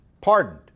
pardoned